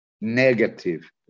negative